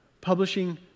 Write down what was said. publishing